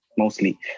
mostly